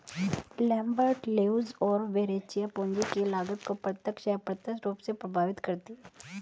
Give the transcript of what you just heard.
Lambert, Leuz और Verrecchia, पूंजी की लागत को प्रत्यक्ष, अप्रत्यक्ष रूप से प्रभावित करती है